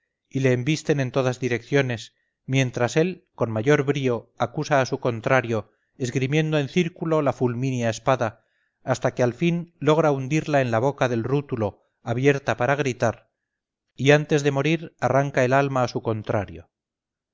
y le embisten en todas direcciones mientras él con mayor brío acosa a su contrario esgrimiendo en círculo la fulmínea espada hasta que al fin logra hundirla en la boca del rútulo abierta para gritar y antes de morir arranca el alma a su contrario